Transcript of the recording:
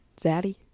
Zaddy